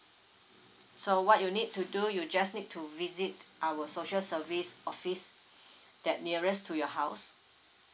so what you need to do you just need to visit our social service office that nearest to your house